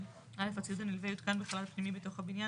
(א) הציוד הנלווה יותקן בחלל פנימי בתוך הבניין,